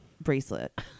bracelet